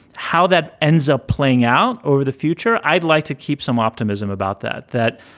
how that ends up playing out over the future. i'd like to keep some optimism about that, that,